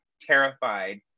terrified